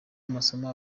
amasomo